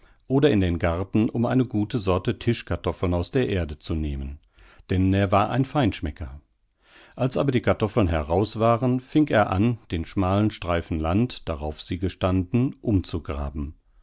oder in den garten um eine gute sorte tischkartoffeln aus der erde zu nehmen denn er war ein feinschmecker als aber die kartoffeln heraus waren fing er an den schmalen streifen land darauf sie gestanden umzugraben